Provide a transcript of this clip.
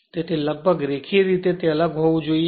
તેથી લગભગ રેખીય રીતે તે અલગ હોવું જોઈએ